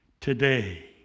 today